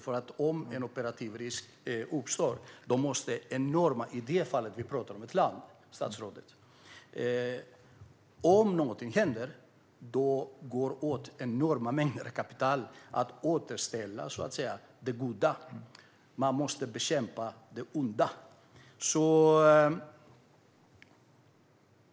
För om en operativ risk uppstår går det åt enorma mängder kapital - vi talar om ett land i det fallet, statsrådet - till att återställa det goda. Man måste bekämpa det onda.